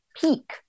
peak